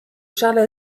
charles